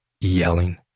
yelling